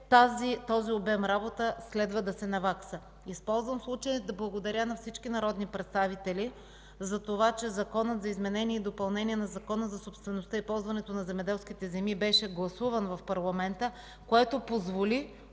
този обем работа следва да се навакса. Използвам случая, за да благодаря на всички народни представители затова, че Законът за изменение и допълнение на Закона за собствеността и ползването на земеделските земи беше гласуван в парламента, което позволи